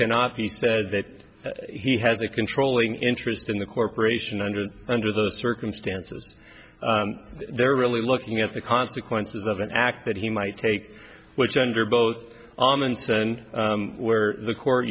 cannot be said that he has a controlling interest in the corporation under under those circumstances they're really looking at the consequences of an act that he might take which under both and where the court